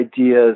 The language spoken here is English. ideas